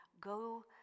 go